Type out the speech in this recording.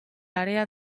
área